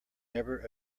never